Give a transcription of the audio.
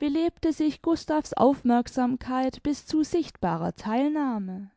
belebte sich gustav's aufmerksamkeit bis zu sichtbarer theilnahme